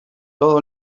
todo